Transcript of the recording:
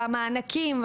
מענקים,